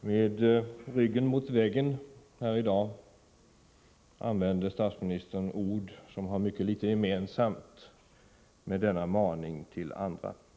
Med ryggen mot väggen här i dag använde statsministern ord som har mycket litet gemensamt med denna maning till andra.